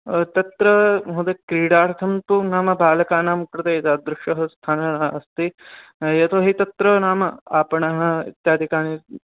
तत्र महोदय क्रीडार्थं तु नाम बालाकानां कृते एतादृशः स्थानः अस्ति यतो हि तत्र नाम आपणः इत्यादिकानि